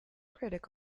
critic